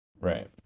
Right